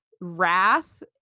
wrath